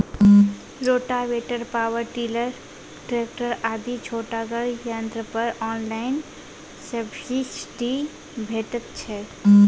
Rotavator, power tiller, tractor आदि छोटगर यंत्र पर ऑनलाइन सब्सिडी भेटैत छै?